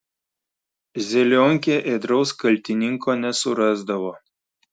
zelionkė ėdraus kaltininko nesurasdavo